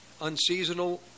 unseasonal